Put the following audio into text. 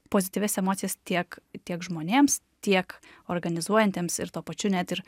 pozityvias emocijas tiek tiek žmonėms tiek organizuojantiems ir tuo pačiu net ir